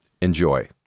Enjoy